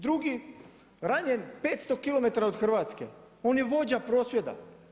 Drugi ranjen 500 km od Hrvatske, on je vođa prosvjeda.